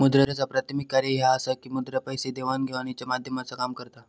मुद्राचा प्राथमिक कार्य ह्या असा की मुद्रा पैसे देवाण घेवाणीच्या माध्यमाचा काम करता